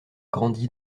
grandi